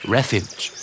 Refuge